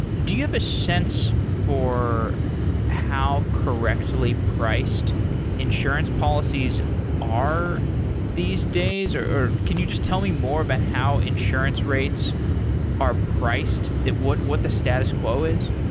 do you have a sense for how correctly priced insurance policies are these days, or can you just tell me more about how insurance rates are priced? what what the status quo is?